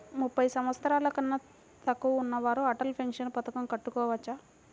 ముప్పై సంవత్సరాలకన్నా తక్కువ ఉన్నవారు అటల్ పెన్షన్ పథకం కట్టుకోవచ్చా?